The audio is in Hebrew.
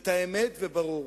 את האמת וברור,